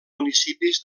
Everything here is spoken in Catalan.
municipis